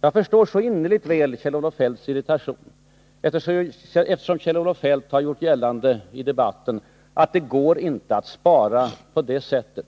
Jag förstår så innerligt väl Kjell-Olof Feldts irritation, eftersom Kjell-Olof Feldt i debatten har gjort gällande att det inte går att spara på det sättet.